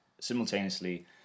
Simultaneously